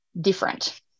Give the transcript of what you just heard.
different